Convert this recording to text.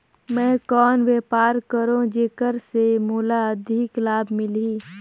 मैं कौन व्यापार करो जेकर से मोला अधिक लाभ मिलही?